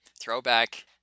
Throwback